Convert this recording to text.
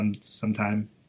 sometime